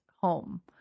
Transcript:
home